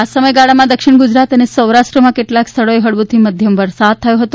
આજ સમયગાળામાં દક્ષિણ ગુજરાત અને સૌરાષ્ટ્રમાં કેટલાક સ્થળોએ હળવોથી મધ્યમ વરસાદ થયો હતો